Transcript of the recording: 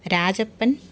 Rajappan